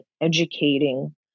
educating